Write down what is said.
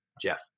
Jeff